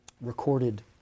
recorded